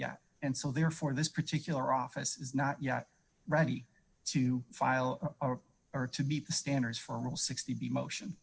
yet and so therefore this particular office is not yet ready to file or to meet the standards for rule sixty b motion